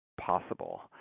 possible